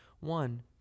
one